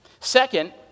Second